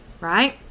right